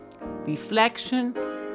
reflection